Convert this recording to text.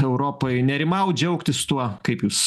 europai nerimaut džiaugtis tuo kaip jūs